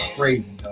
crazy